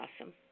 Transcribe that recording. awesome